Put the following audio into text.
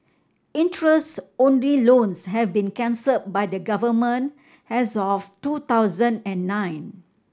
interest only loans have been cancelled by the Government as of two thousand and nine